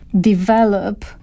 develop